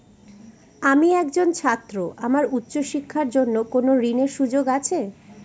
আমি একজন ছাত্র আমার উচ্চ শিক্ষার জন্য কোন ঋণের সুযোগ আছে?